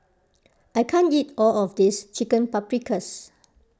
I can't eat all of this Chicken Paprikas